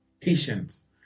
patience